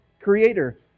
creator